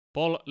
Paul